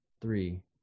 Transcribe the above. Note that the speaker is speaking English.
three